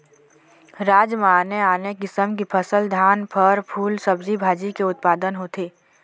राज म आने आने किसम की फसल, धान, फर, फूल, सब्जी भाजी के उत्पादन होथे